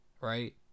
right